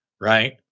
right